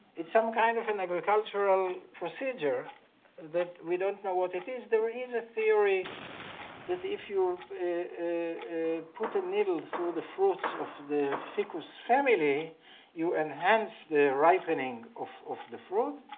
it's some kind of an agricultural procedure that we don't know what it is. there is a theory that if you put a needle through the fruits of the ficus family you enhance the ripening of of the fruit.